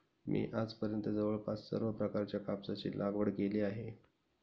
मी आजपर्यंत जवळपास सर्व प्रकारच्या कापसाची लागवड केली आहे